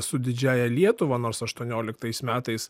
su didžiąja lietuva nors aštuonioliktais metais